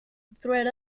threat